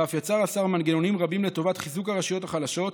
ואף יצר השר מנגנונים רבים לטובת חיזוק הרשויות החלשות,